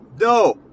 No